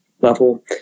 level